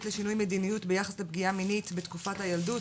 לשינוי מדיניות ביחס לפגיעה מינית בתקופת הילדות,